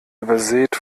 übersät